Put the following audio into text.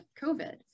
COVID